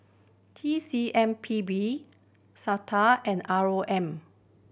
T C M P B SOTA and R O M